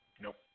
Nope